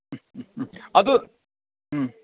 ꯑꯗꯨ ꯎꯝ